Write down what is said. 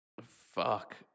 Fuck